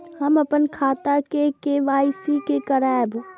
हम अपन खाता के के.वाई.सी के करायब?